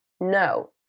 no